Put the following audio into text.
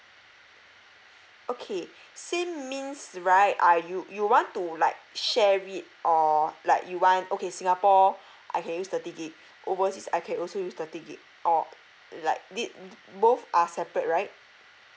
okay same means right are you you want to like share it or like you want okay singapore I can use thirty gig overseas I can also use thirty gig or like did both are separate right